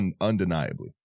undeniably